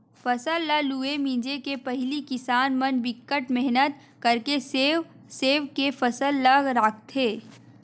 फसल ल लूए मिजे के पहिली किसान मन बिकट मेहनत करके सेव सेव के फसल ल राखथे